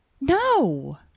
No